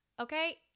Okay